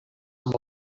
amb